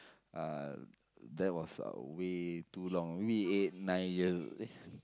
uh that was uh way too long maybe eight nine years eh